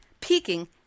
peaking